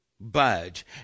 budge